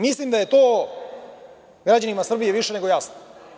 Mislim da je to građanima Srbije više nego jasno.